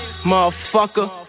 motherfucker